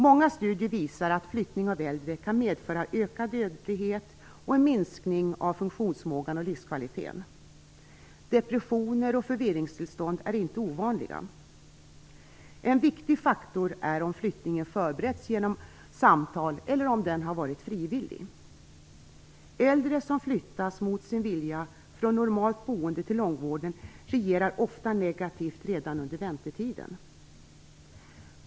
Många studier visar att flyttning när det gäller äldre kan medföra ökad dödlighet och minskad funktionsförmåga och livskvalitet. Depressioner och förvirringstillstånd är inte ovanligt. En viktig faktor är om flyttningen förberetts genom samtal och om den har varit frivillig. Äldre som mot sin vilja flyttas från normalt boende till långvården reagerar ofta negativt redan under väntetiden.